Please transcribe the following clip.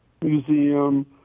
museum